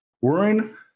Worrying